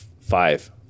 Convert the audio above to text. Five